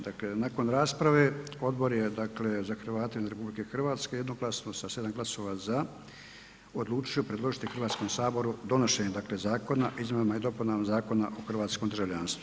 Dakle nakon rasprave Odbor je dakle za Hrvate izvan RH jednoglasno sa 7 glasova za odlučio predložiti Hrvatskom saboru donošenje dakle Zakona o izmjenama i dopunama Zakona o hrvatskom državljanstvu.